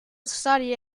studied